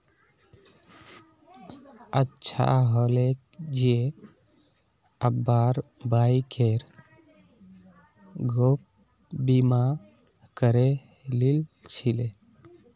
अच्छा हले जे अब्बार बाइकेर गैप बीमा करे लिल छिले